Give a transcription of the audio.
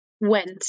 went